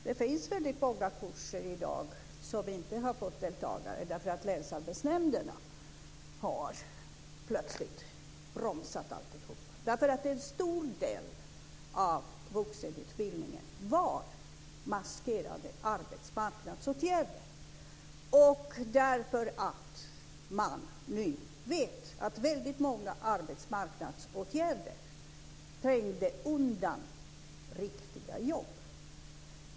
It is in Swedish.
Det finns i dag väldigt många kurser som inte har fått deltagare därför att länsarbetsnämnderna plötsligt har bromsat alltihop, därför att en stor del av vuxenutbildningen var maskerade arbetsmarknadsåtgärder och därför att man nu vet att väldigt många arbetsmarknadsåtgärder trängde undan riktiga jobb.